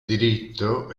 diritto